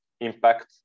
impact